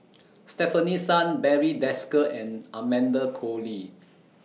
Stefanie Sun Barry Desker and Amanda Koe Lee